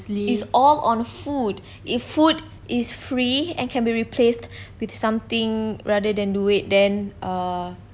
it's all on food if food is free and can be replaced with something rather than duit then err